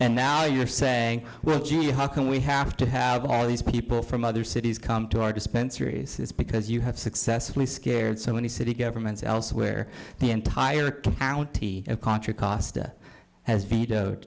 and now you are saying well gee how can we have to have all these people from other cities come to our dispensary says because you have successfully scared so many city governments elsewhere the entire county of contra costa has vetoed